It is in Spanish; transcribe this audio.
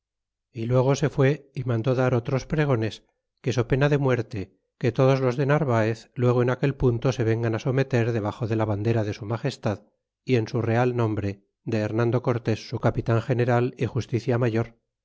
y luego se fue y mandó dar otros pregones que sopena de muerte que todos los de narvaez luego en aquel punto se vengan someter debaxo de la bandera de su magestad y en su real nombre de hernando cortés su capitan general y justicia mayor